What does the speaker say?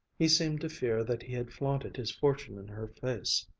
he seemed to fear that he had flaunted his fortune in her face.